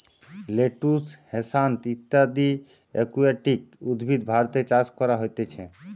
lettuce, hyacinth ইত্যদি aquatic উদ্ভিদ ভারতে চাষ করা হতিছে